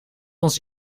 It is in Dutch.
ons